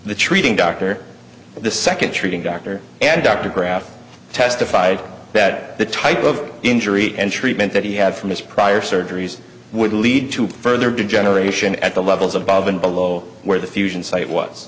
the treating doctor the second treating doctor and dr graff testified that the type of injury and treatment that he had from his prior surgeries would lead to further degeneration at the levels above and below where the fusion site was